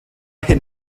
hyn